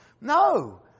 No